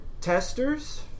Testers